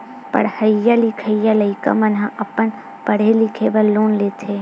पड़हइया लिखइया लइका मन ह अपन पड़हे लिखे बर लोन लेथे